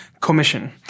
Commission